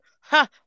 ha